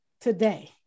today